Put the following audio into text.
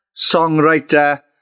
songwriter